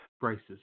braces